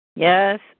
Yes